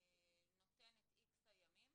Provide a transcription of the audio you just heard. נותן את x הימים